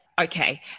Okay